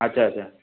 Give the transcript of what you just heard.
ଆଚ୍ଛା ଆଚ୍ଛା